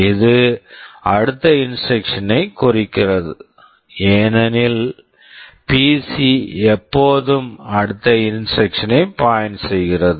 இது அடுத்த instruction instruction ஐக் குறிக்கிறது ஏனெனில் பிசி PC எப்போதும் அடுத்த இன்ஸ்ட்ரக்சன் instruction -ஐ பாய்ன்ட் point செய்கிறது